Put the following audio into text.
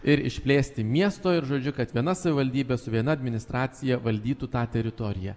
ir išplėsti miesto ir žodžiu kad viena savivaldybė su viena administracija valdytų tą teritoriją